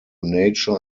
nature